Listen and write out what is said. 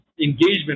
engagement